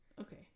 Okay